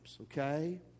okay